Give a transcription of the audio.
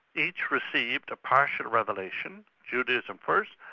each received a partial revelation, judaism first,